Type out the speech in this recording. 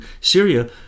Syria